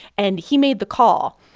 and he made the call.